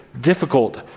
difficult